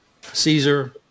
Caesar